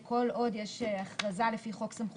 כל עוד יש הכרזה לפי חוק סמכויות מיוחדות?